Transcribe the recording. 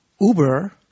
Uber